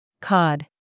Cod